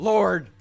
Lord